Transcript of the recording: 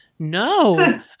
No